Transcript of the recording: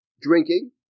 drinking